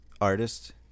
artist